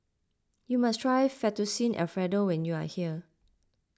you must try Fettuccine Alfredo when you are here